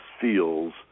feels